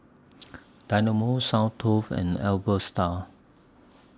Dynamo Soundteoh and Alpha Style